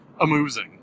amusing